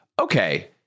okay